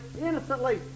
innocently